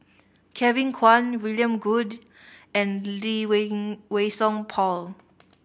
Kevin Kwan William Goode and Lee Wei Wei SongPaul